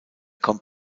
kommt